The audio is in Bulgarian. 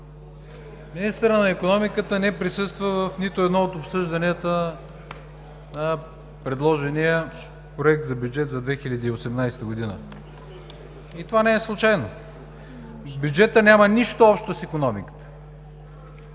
Министърът на икономиката не присъства в нито едно от обсъжданията на предложения Проект за бюджет за 2018 г. И това не е случайно. Бюджетът няма нищо общо с икономиката.